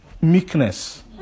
meekness